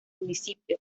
municipio